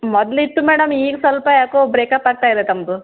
ಮೊದಲಿತ್ತು madam ಈಗ ಸ್ವಲ್ಪ ಯಾಕೋ ಬ್ರೇಕಪ್ ಆಗ್ತಾ ಇದೆ ತಮ್ಮದು